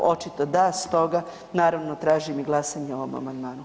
Očito da, stoga naravno tražim glasanje i o ovom amandmanu.